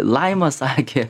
laima sakė